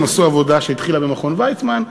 עשו עבודה שהתחילה במכון ויצמן,